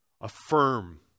Affirm